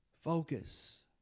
Focus